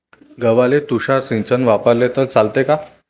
गव्हाले तुषार सिंचन वापरले तर चालते का?